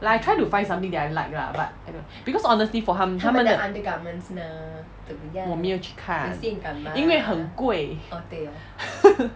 like I try to find something that I like lah but because honestly for 他们他们的我没有去看因为很贵